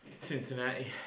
Cincinnati